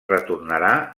retornarà